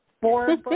four